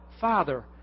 Father